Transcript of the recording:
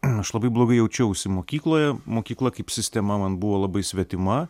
aš labai blogai jaučiausi mokykloje mokykla kaip sistema man buvo labai svetima